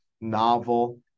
novel